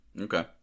Okay